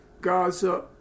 Gaza